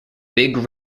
big